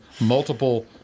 multiple